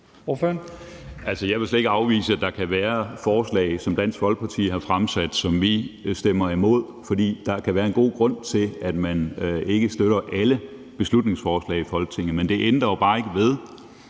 Jeg vil slet ikke afvise, at der kan være forslag, som Dansk Folkeparti har fremsat, som vi har stemt imod, for der kan være en god grund til, at man ikke støtter alle beslutningsforslag, der bliver fremsat i Folketinget. Men det ændrer jo bare ikke ved,